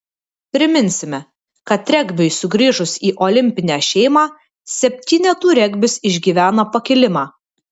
priminsime kad regbiui sugrįžus į olimpinę šeimą septynetų regbis išgyvena pakilimą